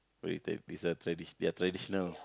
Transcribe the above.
it's a tradition their traditional